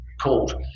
called